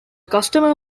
customer